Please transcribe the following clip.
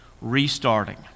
restarting